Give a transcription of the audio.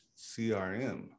CRM